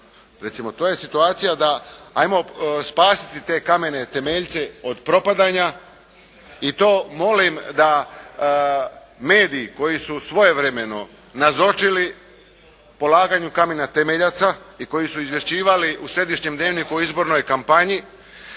Recimo to je situacija da ajmo spasiti te kamene temeljce od propada. I to molim da mediji koji su svojevremeno nazočili polaganju kamena temeljaca i koji su izvješćivali u središnjem Dnevniku o izbornoj kampanji